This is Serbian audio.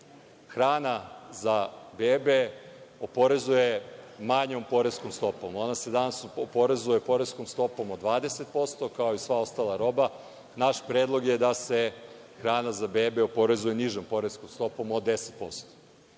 hrana za bebe oporezuje manjom poreskom stopom. Ona se danas oporezuje poreskom stopom od 20% kao i sva ostala roba. Naš predlog je da se hrana za bebe oporezuje nižom poreskom stopom od